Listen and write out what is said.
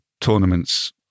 tournaments